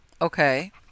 Okay